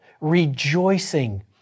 Rejoicing